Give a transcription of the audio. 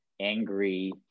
angry